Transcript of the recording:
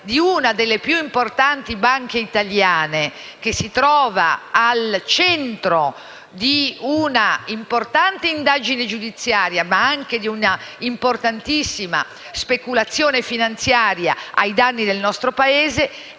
di una delle più importanti banche italiane che si trova al centro di un'importante indagine giudiziaria, ma anche di un'importantissima speculazione finanziaria ai danni del nostro Paese.